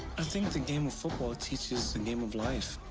i think the game of football teaches the game of life.